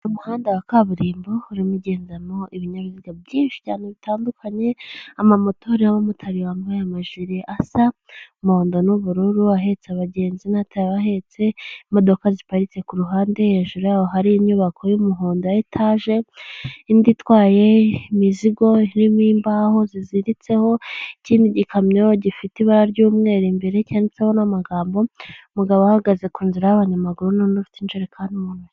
Mu muhanda wa kaburimbo urimo ugendadamo ibinyabiziga byinshi cyane bitandukanye amamoto y'abamotari bambaye amajiri asa umuhondo n'ubururu, abahetse abagenzi n'abatabahetse. Imodoka ziparitse ku ruhande hejuru yaho hari inyubako y'umuhondo etage indi itwaye imizigo irimo imbaho ziziritseho hari gikamyo gifite ibara ry'umweru imbere cyanditseho n'amagambo, umugabo uhagaze ku nzira y'abanyamaguru noneho ufite injerekani mu ntoki.